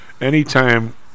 anytime